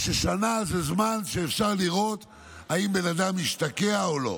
ששנה זה זמן שאפשר לראות אם בן אדם השתקע או לא.